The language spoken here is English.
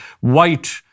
white